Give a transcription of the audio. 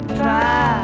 try